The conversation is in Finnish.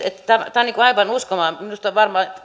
tämä on aivan uskomatonta